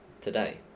today